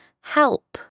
Help